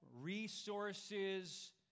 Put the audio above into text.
resources